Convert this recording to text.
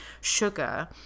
sugar